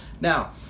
Now